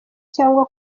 cyangwa